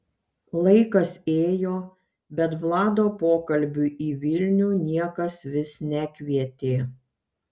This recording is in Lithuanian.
laikas ėjo bet vlado pokalbiui į vilnių niekas vis nekvietė